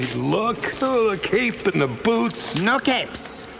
look, the cape and the boots, no capes!